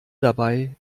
dabei